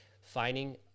finding